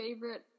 favorite